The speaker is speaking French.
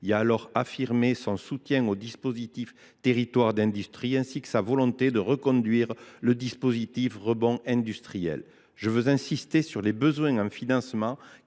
a affirmé son soutien au dispositif Territoires d’industrie et sa volonté de reconduire le dispositif Rebond industriel. Je souhaite insister sur les besoins de financement